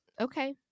okay